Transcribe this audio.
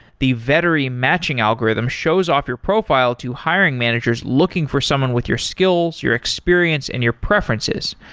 the vettery matching algorithm shows off your profile to hiring managers looking for someone with your skills, your experience and your preferences.